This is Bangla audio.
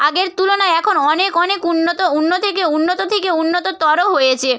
আগের তুলনায় এখন অনেক অনেক উন্নত উন্ন থেকে উন্নত থেকে উন্নততর হয়েছে